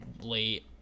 late